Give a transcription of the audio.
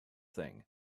thing